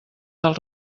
del